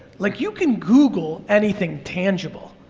like you can google anything tangible.